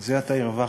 זה עתה הרווחתי.